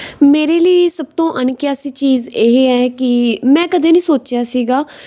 ਮੇਰੇ ਲਈ ਸਭ ਤੋਂ ਅਣਕਿਆਸੀ ਚੀਜ਼ ਇਹ ਹੈ ਕਿ ਮੈਂ ਕਦੇ ਨਹੀਂ ਸੋਚਿਆ ਸੀਗਾ